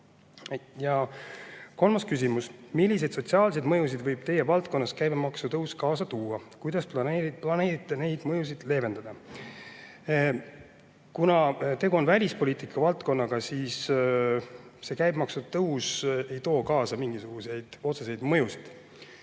tõusu. Kolmas küsimus. Milliseid sotsiaalseid mõjusid võib teie valdkonnas käibemaksu tõus kaasa tuua? Kuidas plaanite neid mõjusid leevendada? Kuna tegu on välispoliitika valdkonnaga, siis see käibemaksu tõus ei too kaasa mingisuguseid otseseid mõjusid,